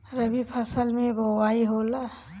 रबी फसल मे बोआई होला?